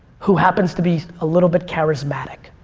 who happens to be a little bit charismatic.